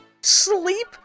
sleep